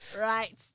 Right